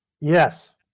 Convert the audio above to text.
Yes